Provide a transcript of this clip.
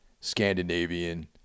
Scandinavian